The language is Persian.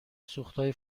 سوختهای